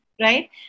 right